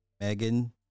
Megan